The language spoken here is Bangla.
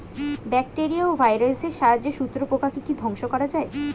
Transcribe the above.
ব্যাকটেরিয়া ও ভাইরাসের সাহায্যে শত্রু পোকাকে কি ধ্বংস করা যায়?